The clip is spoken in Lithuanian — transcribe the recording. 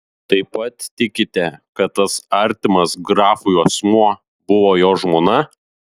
taip pat tikite kad tas artimas grafui asmuo buvo jo žmona